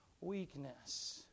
weakness